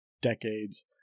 decades